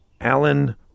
Alan